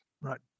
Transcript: Right